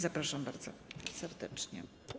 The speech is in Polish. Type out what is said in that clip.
Zapraszam bardzo serdecznie.